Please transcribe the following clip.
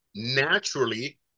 naturally